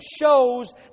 shows